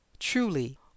Truly